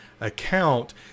account